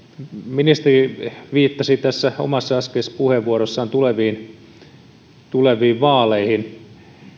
ministeri viittasi tässä omassa äskeisessä puheenvuorossaan tuleviin tuleviin vaaleihin